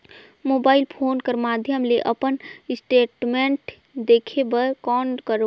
Mobile phone कर माध्यम ले अपन स्टेटमेंट देखे बर कौन करों?